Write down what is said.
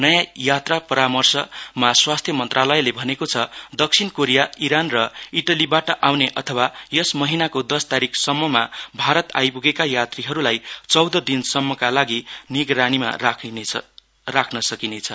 नयाँ यात्रा परामर्शमा स्वास्थ्य मन्त्रालयले भनेको छ दक्षिण कोरिया इरान र इटलीबाट आउने अथवा यस महिनाको दस तारिकसम्ममा भारत आइपुगेका यात्रीहरुलाई चौध दिनसम्मका लागि निगरानीमा राख्न सकिनेछ